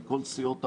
מכל סיעות הבית,